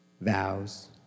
vows